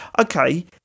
okay